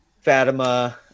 fatima